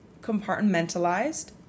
compartmentalized